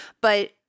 but-